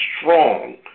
strong